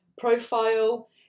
profile